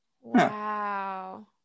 Wow